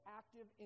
active